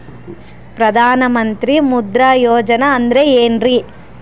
ಪ್ರಧಾನ ಮಂತ್ರಿ ಮುದ್ರಾ ಯೋಜನೆ ಅಂದ್ರೆ ಏನ್ರಿ?